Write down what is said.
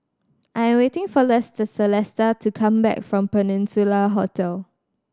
I'm waiting for latest Celesta to come back from Peninsula Hotel